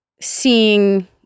seeing